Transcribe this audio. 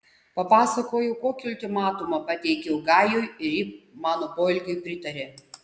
papasakojau kokį ultimatumą pateikiau gajui ir ji mano poelgiui pritarė